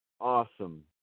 awesome